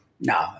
no